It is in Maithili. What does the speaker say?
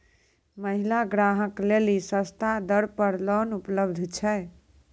महिला ग्राहक लेली सस्ता दर पर लोन उपलब्ध छै?